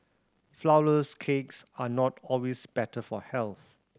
flourless cakes are not always better for health